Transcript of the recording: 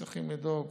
צריכים לדאוג